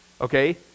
okay